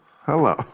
hello